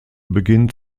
beginnt